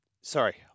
Sorry